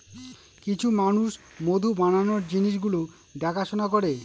কিছু মানুষ মধু বানানোর জিনিস গুলো দেখাশোনা করে